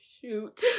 shoot